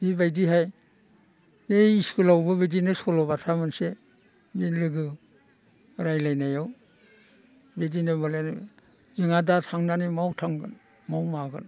बेबायदि हाय ओइ स्कुलावबो बिदिनो सल' बाथा मोनसे बि लोगो रायज्लायनायाव बिदिनो माने जोंहा दा थांनानै माव थांगोन माव मागोन